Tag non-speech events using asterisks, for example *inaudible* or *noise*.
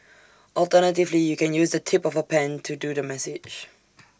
alternatively you can use the tip of A pen to do the massage *noise*